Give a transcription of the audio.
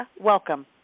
welcome